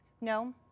No